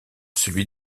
celui